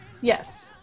Yes